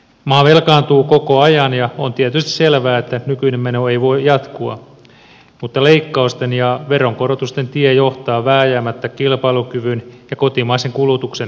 maa velkaantuu koko ajan ja on tietysti selvää että nykyinen meno ei voi jatkua mutta leikkausten ja veronkorotusten tie johtaa vääjäämättä kilpailukyvyn ja kotimaisen kulutuksen heikkenemiseen